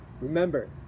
Remember